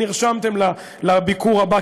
נרשמתם לביקור הבא,